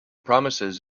promises